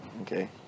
okay